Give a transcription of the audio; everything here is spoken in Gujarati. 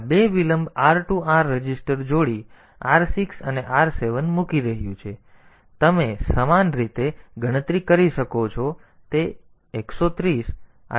તેથી આ બે વિલંબ r 2 r રજિસ્ટર જોડી r 6 અને r 7 મૂકી રહ્યું છે અને ચક્રની કુલ સંખ્યા તમે સમાન રીતે ગણતરી કરી શકો છો તેથી તે 130818 મશીન ચક્ર છે